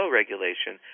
regulation